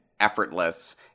effortless